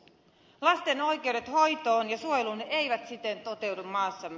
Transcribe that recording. lasten oikeudet hoitoon ja suojeluun eivät siten toteudu maassamme